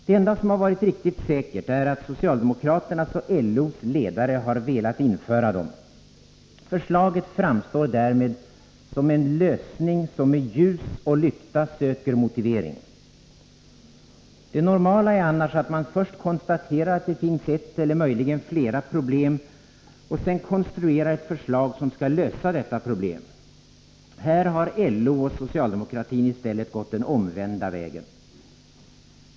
Det enda som har varit riktigt säkert är att socialdemokraternas och LO:s ledare har velat införa dem. Förslaget framstår därmed som en lösning som med ljus och lykta söker motivering. Det normala är annars att man först konstaterar att det finns ett — eller möjligen flera — problem och sedan konstruerar ett förslag som skall lösa detta problem. Här har LO och socialdemokratin i stället gått den omvända vägen.